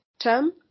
term